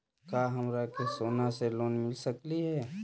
का हमरा के सोना से लोन मिल सकली हे?